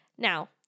Now